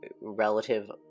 relative